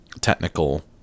technical